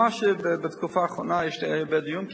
ממש בתקופה האחרונה יש דיון,